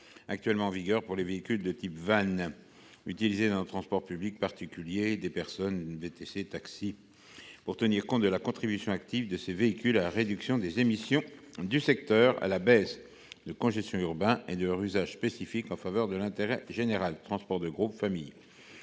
actuellement en vigueur pour les véhicules de type van utilisés dans le transport public particulier de personnes. Il s’agit de tenir compte de la contribution active de ces véhicules à la réduction des émissions du secteur et à la baisse de la congestion urbaine, ainsi que de leur usage spécifique en faveur de l’intérêt général. Les vans sont particulièrement